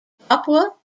papua